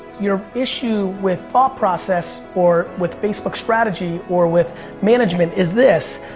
your issue with thought process or with facebook strategy or with management is this.